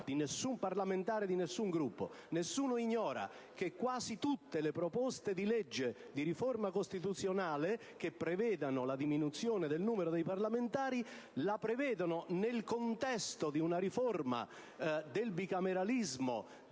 nessun parlamentare di alcun Gruppo, che quasi tutte le proposte di legge di riforma costituzionale che contemplano la diminuzione del numero dei parlamentari la prevedono nel contesto di una riforma del bicameralismo,